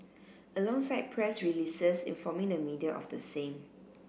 alongside press releases informing the media of the same